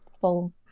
full